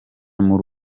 muri